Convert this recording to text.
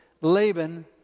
Laban